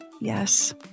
yes